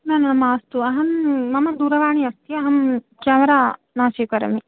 न न मास्तु अहं मम दूरवाणी अस्ति अहं केमरा न स्वीकरोमि